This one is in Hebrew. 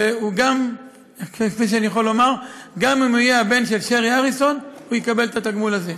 וגם אם הוא יהיה הבן של שרי אריסון הוא יקבל את התגמול הזה.